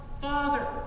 Father